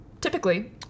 typically